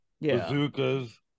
bazookas